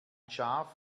schaf